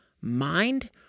mind